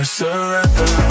surrender